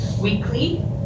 weekly